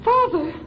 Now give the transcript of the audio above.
Father